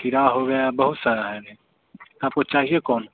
खीरा हो गया बहुत सारी हैं ना आपको चाहिए कौन